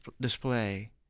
display